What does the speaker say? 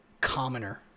commoner